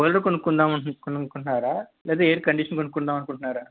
cooler కొనుక్కుందామని అనుకుంటున్నారా లేదా ఎయిర్ కండిషనర్ కొనుక్కుందామని అనుకుంటున్నారా